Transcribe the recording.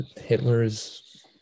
Hitler's